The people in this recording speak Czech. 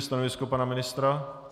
Stanovisko pana ministra?